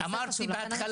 כמו שאמרתי בהתחלה,